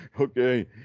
Okay